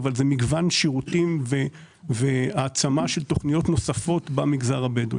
אבל זה מגוון שירותים והעצמה של תוכניות נוספות במגזר הבדואי.